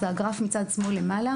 זה הגרף מצד שמאל למעלה.